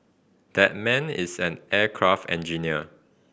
that man is an aircraft engineer